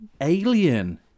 Alien